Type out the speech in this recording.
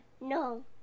No